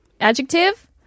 Adjective